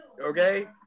Okay